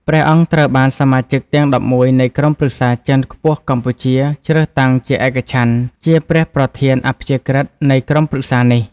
ព្រះអង្គត្រូវបាន សមាជិកទំាង១១ នៃក្រុមប្រឹក្សាជាន់ខ្ពស់កម្ពុជា ជ្រើសតាំងជាឯកច្ឆន្ទជាព្រះប្រធាន អព្យាក្រឹត នៃក្រុមប្រឹក្សានេះ។